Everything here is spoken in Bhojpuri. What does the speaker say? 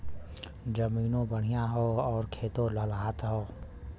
जमीनों बढ़िया हौ आउर खेतो लहलहात हौ